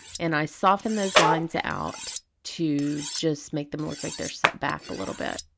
and i soften those lines out to just make them look like they're set back a little bit.